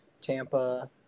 Tampa